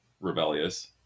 Rebellious